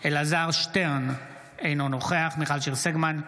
אלעזר שטרן, אינו נוכח מיכל שיר סגמן,